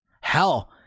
Hell